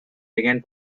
began